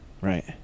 right